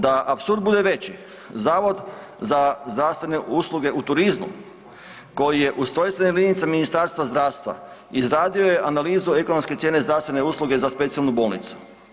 Da apsurd bude veći Zavod za zdravstvene usluge u turizmu koji je ustrojstvena jedinica Ministarstva zdravstva izradio je analizu ekonomske cijene zdravstvene usluge za specijalnu bolnicu.